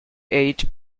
age